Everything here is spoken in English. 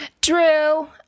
drew